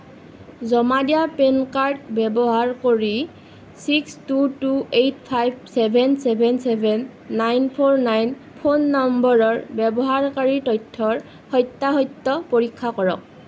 জমা দিয়া PAN card ব্যৱহাৰ কৰি six two two eight five seven seven seven nine four seven phone নম্বৰৰ ব্যৱহাৰকাৰীৰ তথ্যৰ সত্য়াসত্য় পৰীক্ষা কৰক